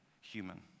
human